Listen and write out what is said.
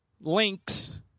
links